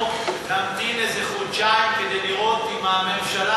אנחנו נמתין איזה חודשיים כדי לראות אם הממשלה